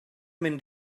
mynd